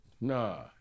Nah